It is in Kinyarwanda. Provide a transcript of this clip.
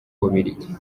bubiligi